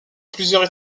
plusieurs